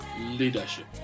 leadership